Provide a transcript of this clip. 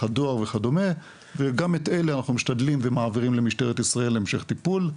הדואר וכדומה וגם את אלה אנחנו משתדלים ומעבירים למשטרת ישראל להמשך טיפול.